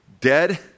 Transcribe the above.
dead